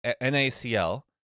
N-A-C-L